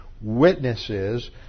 witnesses